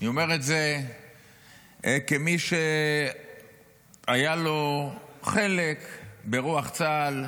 אני אומר את זה כמי שהיה לו חלק ברוח צה"ל,